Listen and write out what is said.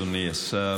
אדוני השר,